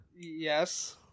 Yes